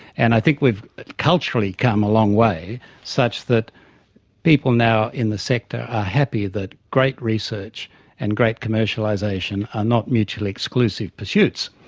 and i think we've culturally come a long way such that people now in the sector are happy that great research and great commercialisation are not mutually exclusive pursuits.